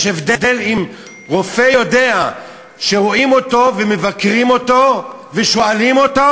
יש הבדל אם רופא יודע שרואים אותו ומבקרים אותו ושואלים אותו,